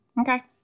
Okay